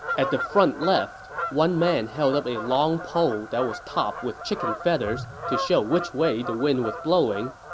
at the front left, one man held up a long pole that was topped with chicken feathers to show which way the wind was blowing.